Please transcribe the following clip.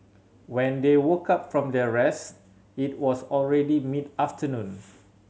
when they woke up from their rest it was already mid afternoon